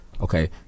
okay